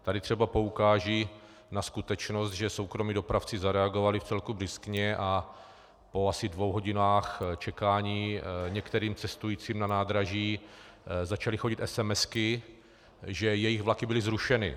Tady třeba poukážu na skutečnost, že soukromí dopravci zareagovali vcelku bryskně a po asi dvou hodinách čekání některým cestujícím na nádraží začaly chodit esemesky, že jejich vlaky byly zrušeny.